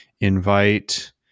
invite